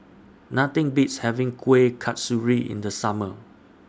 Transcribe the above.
Nothing Beats having Kueh Kasturi in The Summer